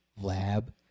lab